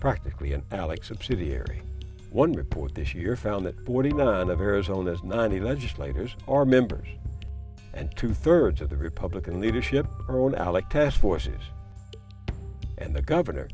practically and alex subsidiary one report this year found that forty nine of arizona's ninety legislators are members and two thirds of the republican leadership are on alec task forces and the governor